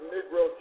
Negro